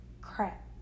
crap